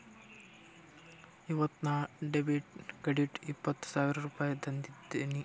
ಇವತ್ ನಾ ಡೆಬಿಟ್ ಕಾರ್ಡ್ಲಿಂತ್ ಇಪ್ಪತ್ ಸಾವಿರ ರುಪಾಯಿ ತಂದಿನಿ